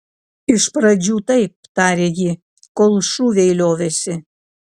iš pradžių taip tarė ji kol šūviai liovėsi